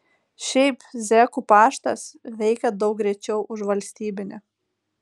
šiaip zekų paštas veikia daug greičiau už valstybinį